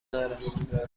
دارد